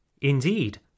Indeed